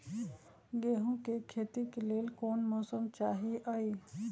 गेंहू के खेती के लेल कोन मौसम चाही अई?